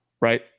right